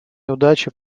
неудачи